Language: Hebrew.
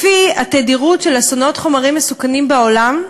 לפי התדירות של אסונות חומרים מסוכנים בעולם,